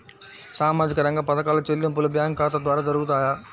సామాజిక రంగ పథకాల చెల్లింపులు బ్యాంకు ఖాతా ద్వార జరుగుతాయా?